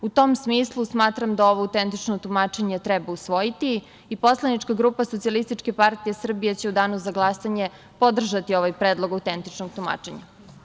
U tom smislu, smatram da ovo autentično tumačenje treba usvojiti i poslanička grupa SPS će u Danu za glasanje podržati ovaj Predlog autentičnog tumačenja.